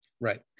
right